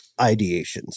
ideations